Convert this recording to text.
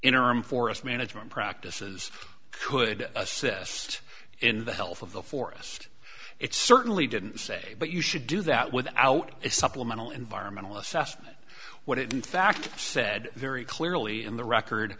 interim forest management practices could assist in the health of the forest it certainly didn't say what you should do that without a supplemental environmental assessment what it in fact said very clearly in the record